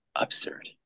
Absurd